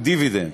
ומדיבידנד.